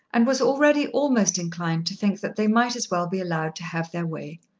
and was already almost inclined to think that they might as well be allowed to have their way.